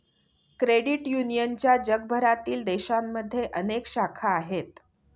credit युनियनच्या जगभरातील देशांमध्ये अनेक शाखा आहेत